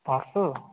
अस